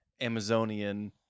Amazonian